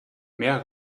mehr